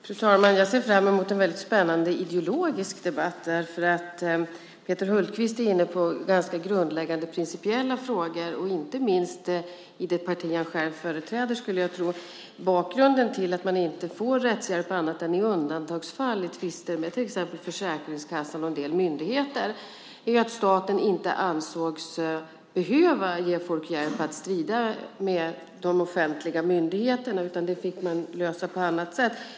Fru talman! Jag ser fram emot en väldigt spännande ideologisk debatt. Peter Hultqvist är inne på ganska grundläggande principiella frågor inte minst för det parti jag själv företräder. Bakgrunden till att man inte får rättshjälp annat än i undantagsfall i tvister med till exempel Försäkringskassan och en del myndigheter är att staten inte ansågs behöva ge människor hjälp att strida med de offentliga myndigheterna. Det fick man lösa på annat sätt.